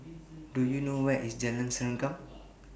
Do YOU know Where IS Jalan Serengam